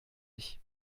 ich